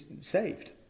saved